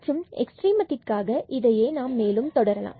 மற்றும் எக்ஸ்ட்ரீமத்திற்காக இதையே மேலும் தொடரலாம்